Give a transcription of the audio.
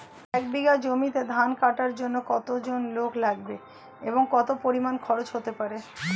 এক বিঘা জমিতে ধান কাটার জন্য কতজন লোক লাগবে এবং কত পরিমান খরচ হতে পারে?